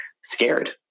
scared